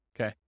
Okay